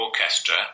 orchestra